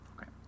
Okay